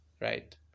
Right